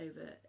over